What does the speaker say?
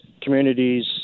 communities